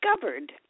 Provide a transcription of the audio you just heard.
discovered